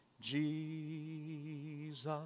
Jesus